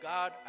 God